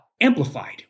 amplified